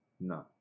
No